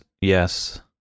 Yes